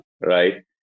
right